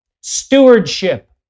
stewardship